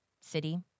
city